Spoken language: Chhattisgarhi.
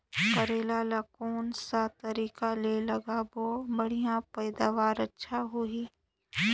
करेला ला कोन सा तरीका ले लगाबो ता बढ़िया पैदावार अच्छा होही?